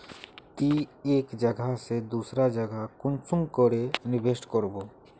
ती एक जगह से दूसरा जगह कुंसम करे इन्वेस्टमेंट करबो?